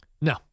No